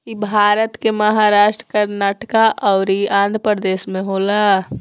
इ भारत के महाराष्ट्र, कर्नाटक अउरी आँध्रप्रदेश में होला